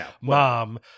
mom